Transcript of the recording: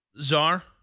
Czar